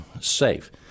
safe